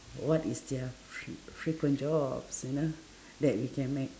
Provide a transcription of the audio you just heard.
what is their fre~ frequent jobs you know that we can ma~